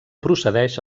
procedeix